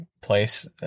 place